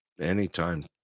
anytime